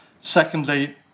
Secondly